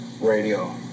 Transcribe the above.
Radio